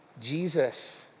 Jesus